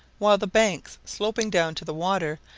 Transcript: while the banks, sloping down to the water,